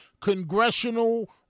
congressional